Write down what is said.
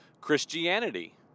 Christianity